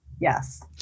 Yes